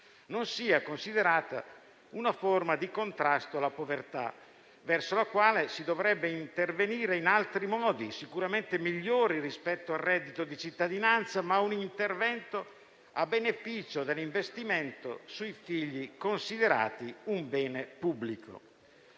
non sia considerato una forma di contrasto alla povertà, verso la quale si dovrebbe intervenire in altri modi, sicuramente migliori rispetto al reddito di cittadinanza, ma un intervento a beneficio dell'investimento sui figli, considerati un bene pubblico.